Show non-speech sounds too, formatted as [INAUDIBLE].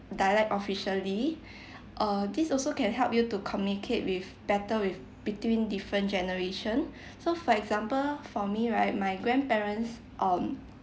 dialect officially [BREATH] err this also can help you to communicate with better with between different generation [BREATH] so for example for me right my grandparents um